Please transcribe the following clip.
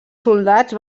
soldats